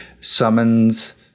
summons